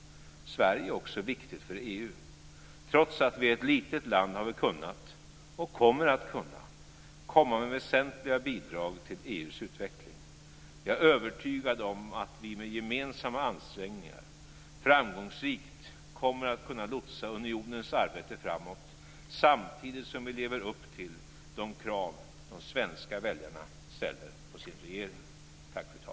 Sverige är också viktigt för EU. Trots att vi är ett litet land har vi kunnat, och kommer att kunna, komma med väsentliga bidrag till EU:s utveckling. Jag är övertygad om att vi med gemensamma ansträngningar framgångsrikt kommer att kunna lotsa unionens arbete framåt samtidigt som vi lever upp till de krav de svenska väljarna ställer på sin regering.